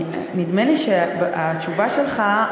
נדמה לי שהתשובה שלך,